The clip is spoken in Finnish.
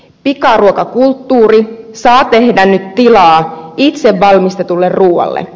pikaruokakulttuuri saa tehdä nyt tilaa itse valmistetulle ruualle